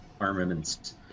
armaments